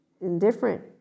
indifferent